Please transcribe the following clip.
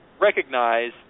recognize